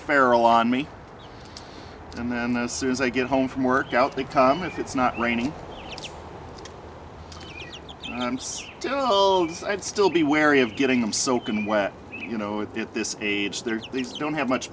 feral on me and then as soon as i get home from work out the comment it's not raining and i'm still holds i'd still be wary of getting them soaking wet you know at this age there's these don't have much